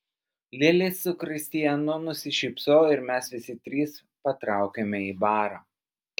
lili su kristijanu nusišypsojo ir mes visi trys patraukėme į barą